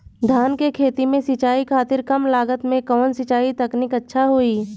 धान के खेती में सिंचाई खातिर कम लागत में कउन सिंचाई तकनीक अच्छा होई?